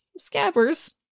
Scabbers